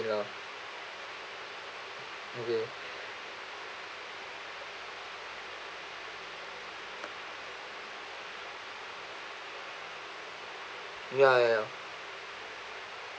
ya ya ya ya ya